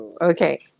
Okay